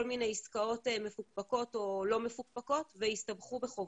מיני עסקאות מפוקפקות או לא מפוקפקות והסתבכו בחובות.